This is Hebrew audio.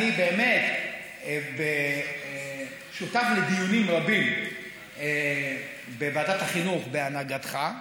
אני באמת שותף לדיונים רבים בוועדת החינוך בהנהגתך,